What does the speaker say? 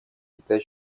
китай